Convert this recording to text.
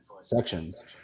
sections